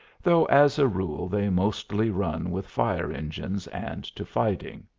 though as a rule they mostly run with fire-engines and to fighting.